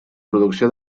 producció